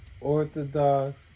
Orthodox